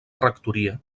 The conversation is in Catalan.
rectoria